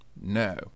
No